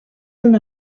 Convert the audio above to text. una